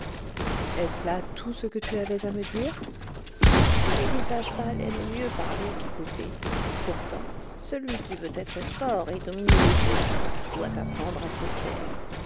est-ce là tout ce que tu avais à me dire les visage pâles aiment mieux parler qu'écouter pourtant celui qui veut être fort et dominer les autres doit apprendre à se taire